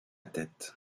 tête